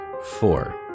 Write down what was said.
four